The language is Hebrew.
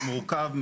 מורכב,